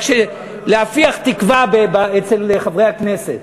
רק להפיח תקווה אצל חברי הכנסת.